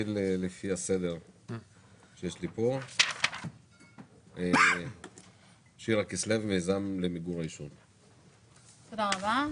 תודה רבה.